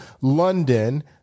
London